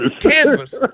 Canvas